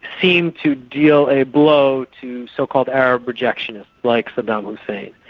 seemed to deal a blow to so-called arab rejection like saddam hussein.